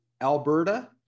Alberta